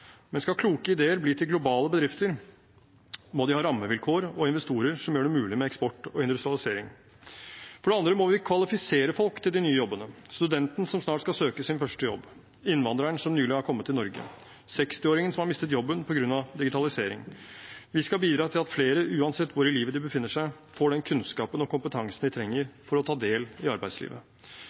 men skal kloke ideer bli til globale bedrifter, må de ha rammevilkår og investorer som gjør det mulig med eksport og industrialisering. For det andre må vi kvalifisere folk til de nye jobbene: studenten som snart skal søke sin første jobb, innvandreren som nylig har kommet til Norge, 60-åringen som har mistet jobben på grunn av digitalisering. Vi skal bidra til at flere, uansett hvor i livet de befinner seg, får den kunnskapen og kompetansen de trenger for å ta del i arbeidslivet.